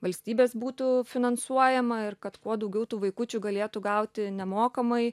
valstybės būtų finansuojama ir kad kuo daugiau tų vaikučių galėtų gauti nemokamai